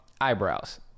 eyebrows